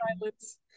silence